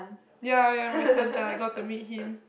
ya ya Royston-Tan I got to meet him